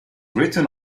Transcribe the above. written